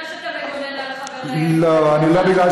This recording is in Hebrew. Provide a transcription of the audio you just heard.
תקרא קריאה ראשונה.